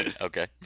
Okay